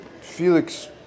Felix